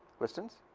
questions.